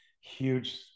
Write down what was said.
huge